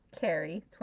Carrie